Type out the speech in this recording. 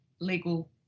legal